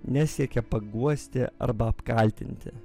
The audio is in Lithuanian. nesiekia paguosti arba apkaltinti